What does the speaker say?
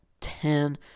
ten